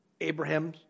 Abraham